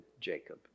Jacob